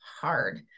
hard